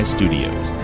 Studios